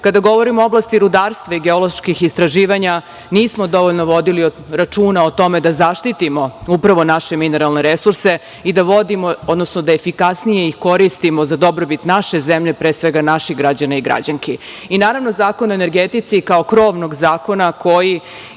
govorimo o oblasti rudarstva i geoloških istraživanja, nismo dovoljno vodili računa o tome da zaštitimo upravo naše mineralne resurse i da vodimo, odnosno da efikasnije ih koristimo za dobrobit naše zemlje, pre svega naših građana i građanki.I naravno, Zakon o energetici kao krovnog zakona koji